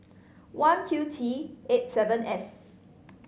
one Q T eight seven S